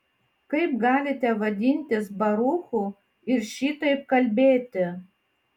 kaip galite vadintis baruchu ir šitaip kalbėti